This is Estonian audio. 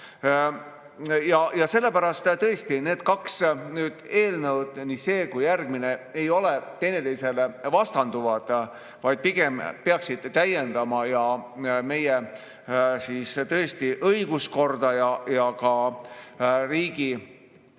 Sellepärast tõesti need kaks eelnõu, nii see kui ka järgmine, ei ole teineteisele vastanduvad, vaid pigem peaksid täiendama meie õiguskorda ja riigi